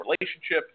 relationship